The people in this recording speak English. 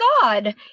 God